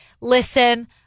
listen